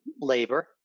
labor